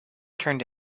turned